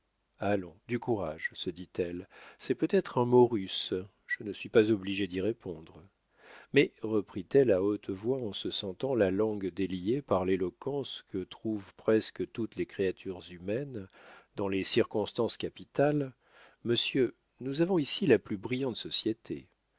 allons du courage se dit-elle c'est peut-être un mot russe je ne suis pas obligée d'y répondre mais reprit-elle à haute voix en se sentant la langue déliée par l'éloquence que trouvent presque toutes les créatures humaines dans les circonstances capitales monsieur nous avons ici la plus brillante société